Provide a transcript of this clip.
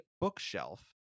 bookshelf